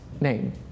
name